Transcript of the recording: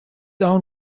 own